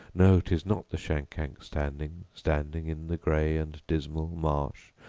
no tis not the shankank standing, standing in the gray and dismal marsh,